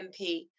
MP